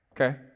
okay